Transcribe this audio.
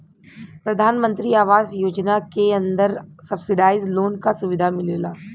प्रधानमंत्री आवास योजना के अंदर सब्सिडाइज लोन क सुविधा मिलला